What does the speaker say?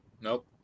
Nope